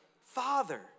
Father